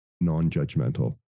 non-judgmental